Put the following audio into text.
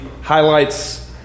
highlights